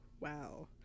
Wow